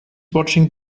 watching